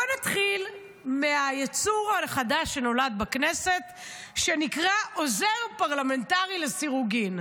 בוא נתחיל מהיצור החדש שנולד בכנסת שנקרא "עוזר פרלמנטרי לסירוגין".